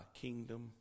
kingdom